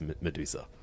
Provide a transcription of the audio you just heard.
Medusa